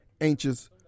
anxious